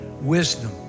Wisdom